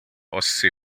ostsee